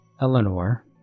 Eleanor